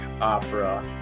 Opera